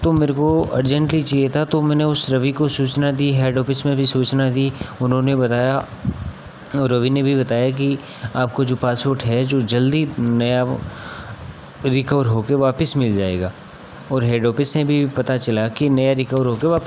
तो मेरे को अर्जेन्टली चाहिए था तो मैंने उस रवि को सूचना दी हेड ऑफ़िस में भी सूचना दी उन्होंने बताया और रवि ने भी बताया कि आपको जो पासपोट है जो जल्दी नया वह रिकवर होकर वापस मिल जाएगा और हेड ऑफ़िस से भी पता चला कि नया रिकवर होकर